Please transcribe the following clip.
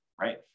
right